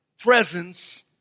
presence